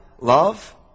love